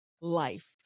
Life